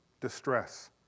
Distress